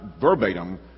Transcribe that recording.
verbatim